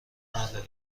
اهل